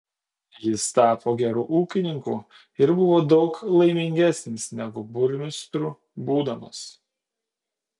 jis tapo geru ūkininku ir buvo daug laimingesnis negu burmistru būdamas